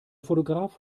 fotograf